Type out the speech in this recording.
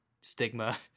stigma